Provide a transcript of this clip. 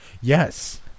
Yes